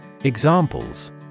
Examples